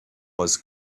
was